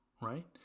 right